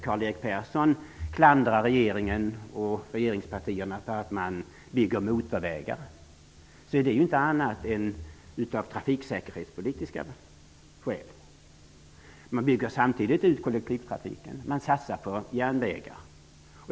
Karl-Erik Persson klandrar regeringen och regeringspartierna för att man bygger motorvägar. Det gör regeringen av inte annat än trafiksäkerhetspolitiska skäl. Man bygger samtidigt ut kollektivtrafiken och satsar på järnvägar.